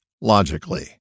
logically